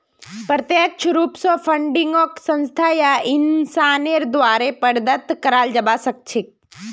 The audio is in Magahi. प्रत्यक्ष रूप स फंडिंगक संस्था या इंसानेर द्वारे प्रदत्त कराल जबा सख छेक